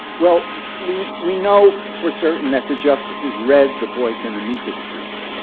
well, we we know for certain that the justices read the boykin amicus brief.